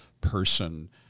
person